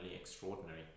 extraordinary